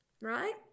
right